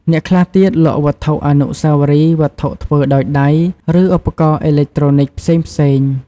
អ្នកខ្លះទៀតលក់វត្ថុអនុស្សាវរីយ៍ វត្ថុធ្វើដោយដៃ ឬឧបករណ៍អេឡិចត្រូនិចផ្សេងៗ។